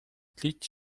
tlić